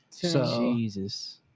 Jesus